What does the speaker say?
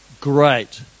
Great